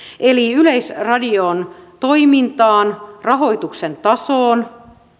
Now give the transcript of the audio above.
eli yleisradion toimintaan rahoituksen tasoon